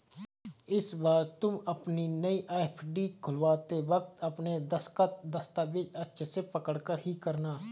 इस बार तुम अपनी नई एफ.डी खुलवाते वक्त अपने दस्तखत, दस्तावेज़ अच्छे से पढ़कर ही करना